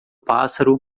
pássaro